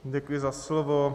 Děkuji za slovo.